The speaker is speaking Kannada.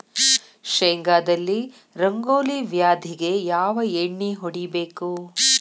ಶೇಂಗಾದಲ್ಲಿ ರಂಗೋಲಿ ವ್ಯಾಧಿಗೆ ಯಾವ ಎಣ್ಣಿ ಹೊಡಿಬೇಕು?